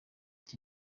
iki